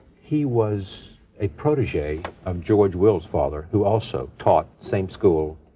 he was a protege of george will's father, who also taught same school,